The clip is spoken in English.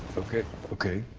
okay. okay.